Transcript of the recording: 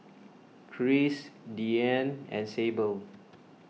Kris Deeann and Sable